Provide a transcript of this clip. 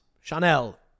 Chanel